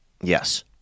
Yes